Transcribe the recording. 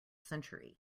century